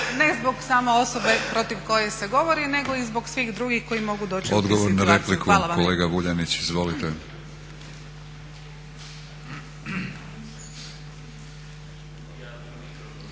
ne zbog samo osobe protiv koje se govori nego i zbog svih drugih koji mogu doći u tu situaciju. Hvala vam.